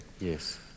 Yes